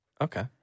Okay